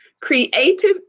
Creative